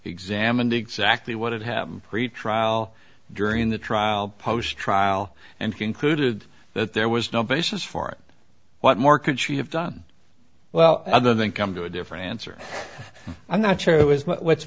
examined exactly what had happened pretrial during the trial post trial and concluded that there was no basis for it what more could she have done well other than come to a different answer i'm not sure it was what's